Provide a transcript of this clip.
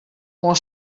oan